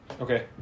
Okay